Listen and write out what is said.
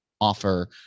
offer